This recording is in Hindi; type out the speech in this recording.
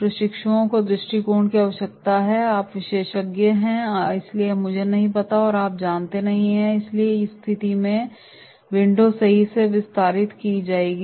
प्रशिक्षुओं के दृष्टिकोण की आवश्यकता है कि आप विशेषज्ञ हैं इसलिए मुझे नहीं पता है और आप जानते हैं और इसलिए उस स्थिति में यह विंडो सही से विस्तारित की जाएगी